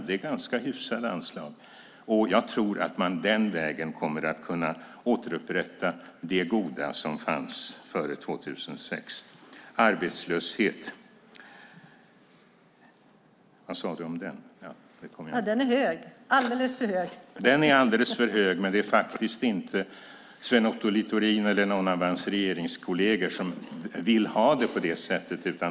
Det är ganska hyfsade anslag. Jag tror att man den vägen kommer att kunna återupprätta det goda som fanns före 2006. Vad sade du om arbetslösheten? : Den är hög, alldeles för hög.) Den är alldeles för hög, men det är faktiskt inte Sven Otto Littorin eller någon av hans regeringskolleger som vill ha det på det sättet.